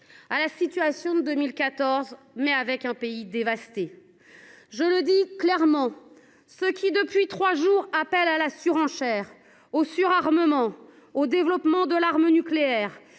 À la situation de 2014, mais avec un pays dévasté ! Je le dis clairement : ceux qui, depuis trois jours, font de la surenchère, appellent au surarmement et au développement de l’arme nucléaire,